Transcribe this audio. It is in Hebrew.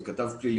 אני כתב פלילי.